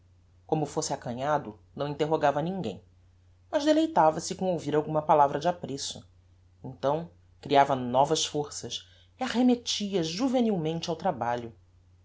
como fosse acanhado não interrogava a ninguem mas deleitava-se com ouvir alguma palavra de apreço então criava novas forças e arremettia juvenilmente ao trabalho